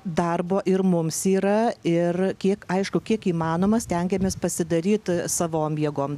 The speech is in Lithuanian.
darbo ir mums yra ir kiek aišku kiek įmanoma stengiamės pasidaryt savom jėgom